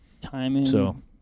Timing